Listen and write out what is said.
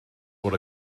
bod